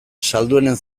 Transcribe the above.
salduenen